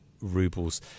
rubles